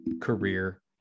career